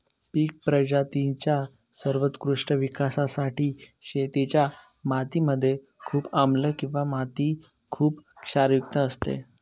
पिक प्रजातींच्या सर्वोत्कृष्ट विकासासाठी शेतीच्या माती मध्ये खूप आम्लं किंवा माती खुप क्षारयुक्त असते